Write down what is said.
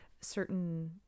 certain